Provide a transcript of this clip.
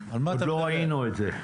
עוד לא ראינו את זה.